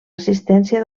assistència